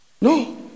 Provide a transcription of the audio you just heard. no